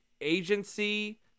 agency